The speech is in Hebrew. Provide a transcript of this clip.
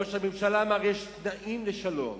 ראש הממשלה אמר שיש תנאים לשלום.